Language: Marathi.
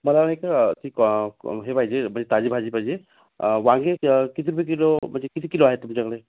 मला नाही का ती कॉ हे पाहिजे म्हणजे ताजी भाजी पाहिजे वांगे किती रुपये किलो म्हणजे किती किलो आहे तुमच्याकडे